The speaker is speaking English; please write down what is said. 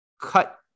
cut